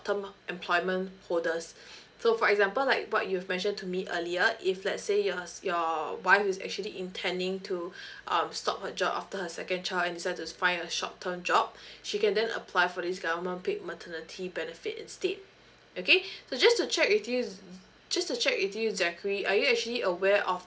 term employment for the so for example like what you've mentioned to me earlier if let's say yours your wife is actually intending to um stop her job after her second child and decides to find a short term job she can then apply for this government paid maternity benefit instead okay so just to check with you just to check with you zachary are you actually aware of